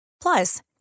Plus